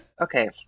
Okay